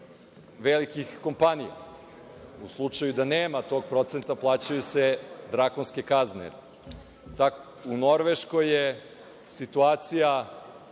velikih kompanija. U slučaju da nema tog procenta, plaćaju se drakonske kazne.U Norveškoj je situacija